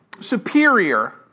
superior